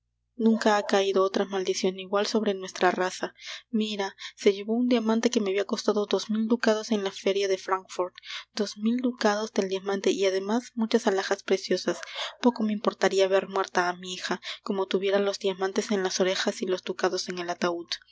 nunca ha caido otra maldicion igual sobre nuestra raza mira se llevó un diamante que me habia costado dos mil ducados en la feria de francfort dos mil ducados del diamante y ademas muchas alhajas preciosas poco me importaria ver muerta á mi hija como tuviera los diamantes en las orejas y los ducados en el ataud